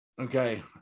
Okay